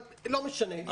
אבל לא משנה.